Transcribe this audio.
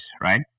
right